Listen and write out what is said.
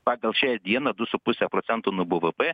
pagal šią dieną du su puse procentų nu b v p